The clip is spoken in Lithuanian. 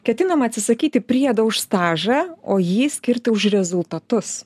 ketinama atsisakyti priedo už stažą o jį skirti už rezultatus